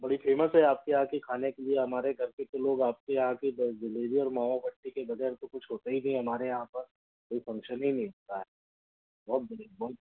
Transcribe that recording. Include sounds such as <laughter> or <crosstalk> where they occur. बड़ी फेमस है आपके यहाँ के खाने के लिए हमारे घर के तो लोग आपके यहाँ के <unintelligible> जलेबी और मावा बाटी के बग़ैर तो कुछ होता ही नहीं हमारे यहाँ पर कोई फंशन ही नहीं होता है बहुत <unintelligible> बहुत